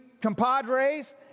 compadres